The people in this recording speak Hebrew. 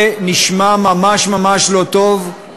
זה נשמע ממש ממש לא טוב,